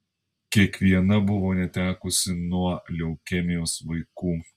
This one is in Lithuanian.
kiekviena buvo netekusi nuo leukemijos vaikų